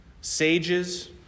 sages